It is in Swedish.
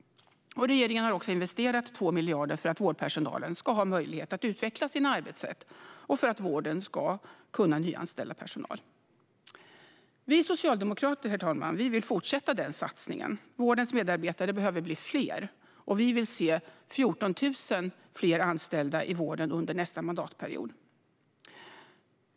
Regeringen har också investerat 2 miljarder för att vårdpersonalen ska ha möjlighet att utveckla arbetssätt och för att vården ska kunna nyanställa personal. Herr talman! Vi socialdemokrater vill fortsätta den satsningen. Vårdens medarbetare behöver bli fler, och vi vill se 14 000 fler anställda i vården under nästa mandatperiod.